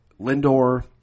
Lindor